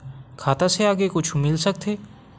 खाता से आगे कुछु मिल सकथे?